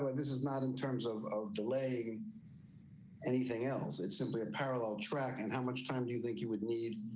this is not in terms of of delaying anything else. it's simply a parallel track and how much time do you think you would need